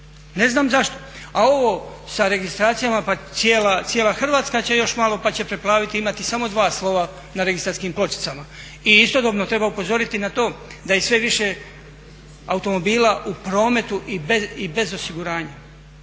Ne znam zašto. A ovo sa registracijama pa cijela Hrvatska će još malo pa će preplaviti i imati samo dva slova na registarskim pločicama. I istodobno treba upozoriti na to da je sve više automobila u prometu i bez osiguranja